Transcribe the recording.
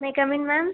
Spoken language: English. may I come in ma'am